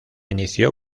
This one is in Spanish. inició